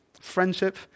Friendship